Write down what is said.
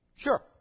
Sure